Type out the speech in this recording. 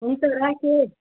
हुन्छ राखेँ